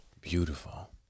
beautiful